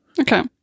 Okay